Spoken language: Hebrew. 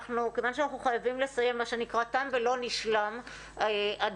כיוון שאנחנו חייבים לסיים מה שנקרא תם ולא נשלם הדיון,